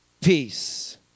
peace